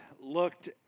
looked